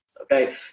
Okay